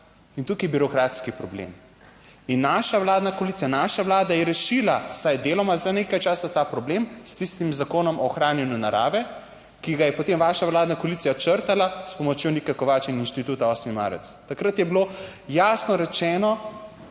In tukaj je birokratski problem. In naša vladna koalicija, naša vlada je rešila vsaj deloma, za nekaj časa ta problem s tistim zakonom o ohranjanju narave, ki ga je potem vaša vladna koalicija črtala s pomočjo Nika Kovač in Inštituta 8. marec. Takrat je bilo jasno rečeno,